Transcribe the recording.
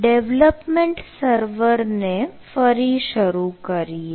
હવે આપણે ડેવલપમેન્ટ સર્વરને ફરી શરૂ કરીએ